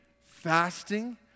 fasting